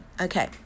Okay